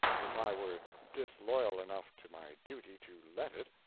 if i were disloyal enough to my duty to let it.